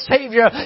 Savior